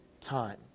time